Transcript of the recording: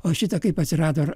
o šitą kaip atsirado